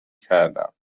کردم